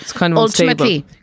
ultimately